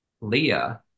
Leah